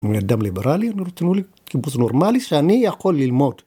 אני אדם ליברלי, אני רוצה לקיבוץ נורמלי שאני יכול ללמוד.